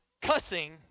cussing